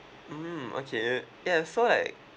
mm okay yes so like